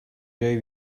جایی